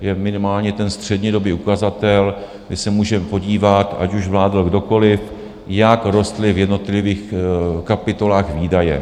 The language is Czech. je minimálně ten střednědobý ukazatel, kdy se můžeme podívat, ať už vládl kdokoliv, jak rostly v jednotlivých kapitolách výdaje.